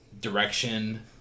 direction